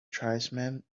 tribesmen